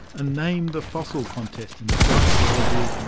a name the fossil contest in applied geology,